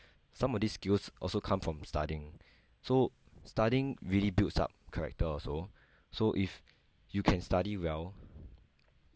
some of these skills also come from studying so studying really builds up character also so if you can study well